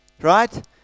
right